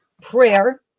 prayer